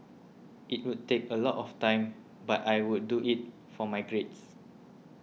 it would take a lot of time but I would do it for my grades